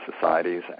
societies